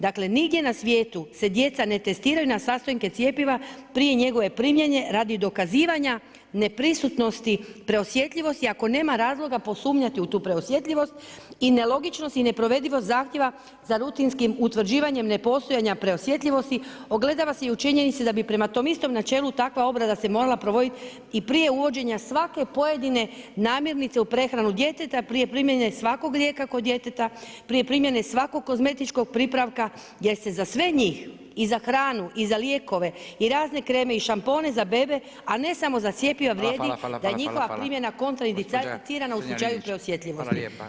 Dakle, nigdje na svijetu se djeca ne testiraju na sastojke cjepiva prije njegove primjene radi dokazivanja neprisutnosti preosjetljivosti ako nema razloga posumnjati u tu preosjetljivost i nelogičnost i neprovedivost zahtjeva za rutinskim utvrđivanjem nepostojanja preosjetljivosti ogledava se i u činjenici da bi prema tom istom načelu takva obrada se morala provoditi i prije uvođenja svake pojedine namirnice u prehranu djeteta prije primjene svakog lijeka kod djeteta, prije primjene svakog kozmetičkog pripravka jer se za sve njih i za hranu i za lijekove i razne kreme i šampone za bebe, a ne samo za cjepiva vrijedi [[Upadica Radin: Hvala.]] da je njihova primjena kontra indicirana u slučaju preosjetljivosti [[Upadica Radin: Gospođo Strenja Linić, hvala lijepa.]] Hvala.